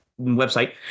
website